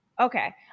Okay